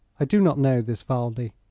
i do not know this valdi.